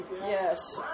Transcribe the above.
Yes